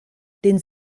den